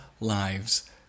lives